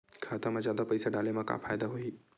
खाता मा जादा पईसा डाले मा का फ़ायदा होही?